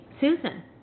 Susan